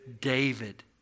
David